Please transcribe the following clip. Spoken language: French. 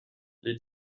les